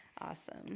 Awesome